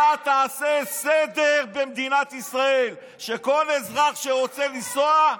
אתה תעשה סדר במדינת ישראל כך שכל אזרח שרוצה לנסוע,